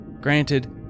Granted